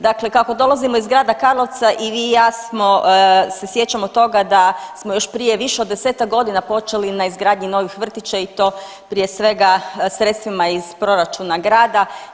Dakle, kako dolazimo iz grada Karlovca i vi i ja se sjećamo toga da smo još prije više od desetak godina počeli na izgradnji novih vrtića i to prije svega sredstvima iz proračuna grada.